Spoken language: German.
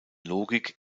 logik